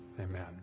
amen